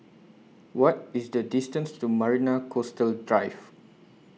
What IS The distance to Marina Coastal Drive